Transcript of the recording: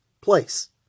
place